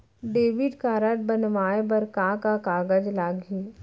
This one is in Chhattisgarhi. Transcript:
डेबिट कारड बनवाये बर का का कागज लागही?